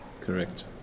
Correct